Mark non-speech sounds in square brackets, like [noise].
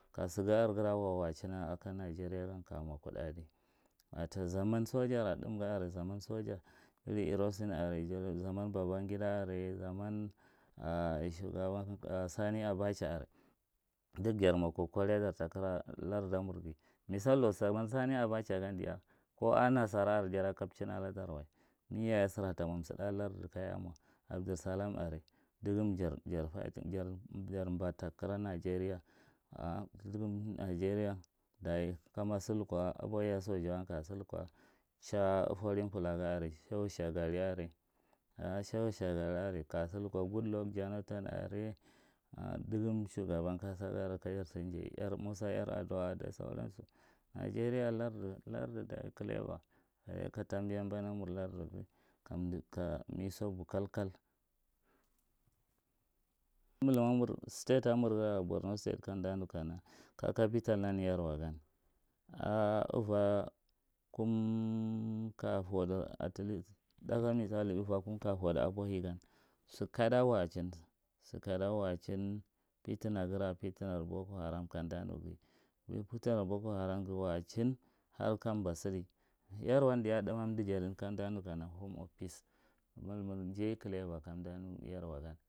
Ka saga are gara a wawachin a nigeria g aka mwa kudi adi. Nta zaman sojara damga are zaman soja iri irosin, zaman babangida are, zaman [hesitation] shugabam [hesitation] sani, abatcha are dak jar mwa kwakwaradar takin lardamur ga, misalo zaman sani abacha gan diya, ko a nasara are jada kapechion aladar wa. mi yaye sira ta mwa msiɗa a larda kaya mwa. Abdusalam are, daga jar mba takara nigeria [hesitation] dagam nigeria kama salkwa, abwahiya sojawa gan ka sa lukwa cha farin fula ga are. Shehu shagari are, a shehu shagari are, ka sal kwa goodluck jonathan are, dugum shugaban kasa ga aran kayar sa njai yar musa yar aduwa da sauransa. Nigeria lada, larda kalebai dayi ka tambiya mbana mur lardo kamdo, ka miso bu kal- kal [unintelligible] state ta mur, kanda nu borno state ka capitalan yarwa gan a ava kumm ka foɗu atlast ɗaka wusali ava kum ka fodu abwahi gan, sa kada wachin, ed kada wachin, pitimgara pitinan boko haram kamda nu sa, ui pitinar boko haram ga wachin, hark a mba sadi, yarwan diya daman amda jading kamda nu kana “home of peace” mulmir njai kdleba kamda nu yarwa gan.